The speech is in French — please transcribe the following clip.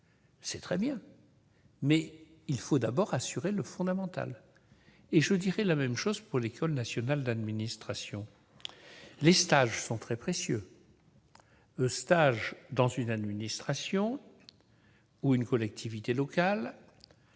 c'est très bien, mais il faut d'abord assurer le fondamental. Je dirai la même chose pour l'École nationale d'administration. Les stages, que ce soit dans une administration ou une collectivité locale,